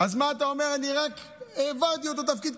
אז מה אתה אומר: אני רק העברתי אותו תפקיד,